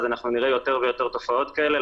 אז אנחנו נראה יותר ויותר תופעות כאלה.